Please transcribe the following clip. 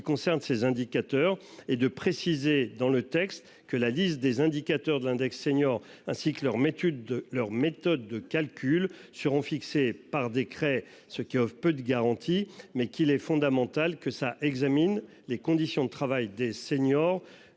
concerne ces indicateurs et de préciser dans le texte que la liste des indicateurs de l'index senior ainsi que leur m'étude de leur méthode de calcul seront fixées par décret, ce qui offre peu de garanties, mais qu'il est fondamental que ça examine les conditions de travail des seniors